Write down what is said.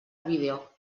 vídeo